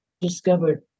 discovered